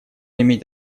иметь